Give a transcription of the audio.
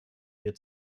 wir